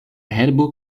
herbo